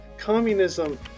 communism